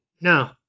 No